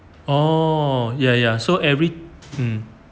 oh ya ya so every um